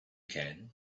can